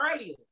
earlier